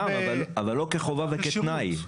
גם אבל לא כחובה וכתנאי.